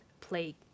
plague